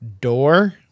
Door